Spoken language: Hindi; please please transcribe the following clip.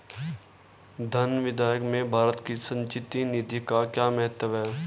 धन विधेयक में भारत की संचित निधि का क्या महत्व है?